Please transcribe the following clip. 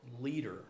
leader